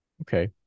Okay